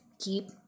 keep